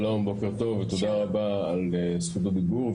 שלום, בוקר טוב ותודה רבה על זכות הדיבור.